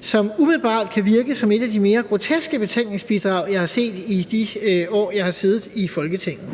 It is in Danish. som umiddelbart kan virke som et af de mere groteske betænkningsbidrag, jeg har set i de år, jeg har siddet i Folketinget.